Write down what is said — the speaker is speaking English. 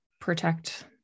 protect